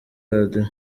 radio